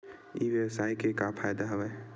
ई व्यवसाय के का का फ़ायदा हवय?